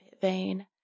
vain